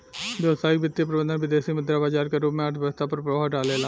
व्यावसायिक वित्तीय प्रबंधन विदेसी मुद्रा बाजार के रूप में अर्थव्यस्था पर प्रभाव डालेला